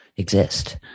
exist